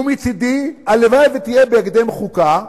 מצדי, הלוואי שתהיה בהקדם חוקה,